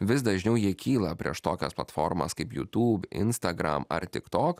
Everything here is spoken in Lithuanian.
vis dažniau jie kyla prieš tokias platformas kaip jutūb instagram ar tik tok